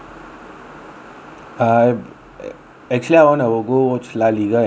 I ac~ actually I wanna I'll go watch La liga and premier league